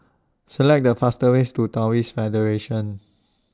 Select The fast ways to Taoist Federation